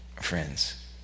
friends